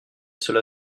cela